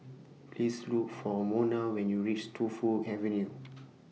Please Look For Monna when YOU REACH Tu Fu Avenue